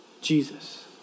Jesus